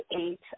eight